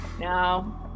No